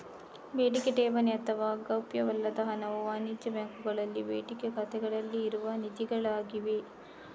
ಬೇಡಿಕೆ ಠೇವಣಿ ಅಥವಾ ಗೌಪ್ಯವಲ್ಲದ ಹಣವು ವಾಣಿಜ್ಯ ಬ್ಯಾಂಕುಗಳಲ್ಲಿನ ಬೇಡಿಕೆ ಖಾತೆಗಳಲ್ಲಿ ಇರುವ ನಿಧಿಗಳಾಗಿವೆ